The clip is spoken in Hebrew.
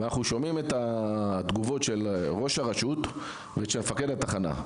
ואנחנו שומעים את התגובות של ראש הרשות ושל מפקד התחנה,